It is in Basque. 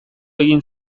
egin